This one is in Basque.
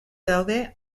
daude